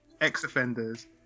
ex-offenders